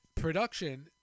production